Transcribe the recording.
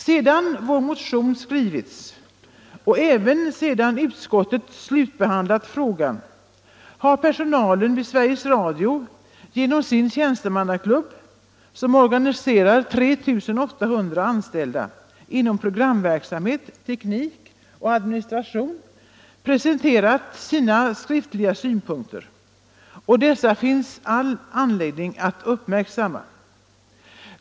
Sedan vår motion skrivits och även sedan utskottet slutbehandlat frågan har personalen vid Sveriges Radio genom sin tjänstemannaklubb, som organiserar 3 800 anställda inom programverksamhet, teknik och administration, skriftligen presenterat sina synpunkter. Dessa finns det all anledning att uppmärksamma.